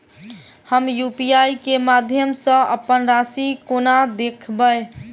हम यु.पी.आई केँ माध्यम सँ अप्पन राशि कोना देखबै?